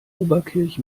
oberkirch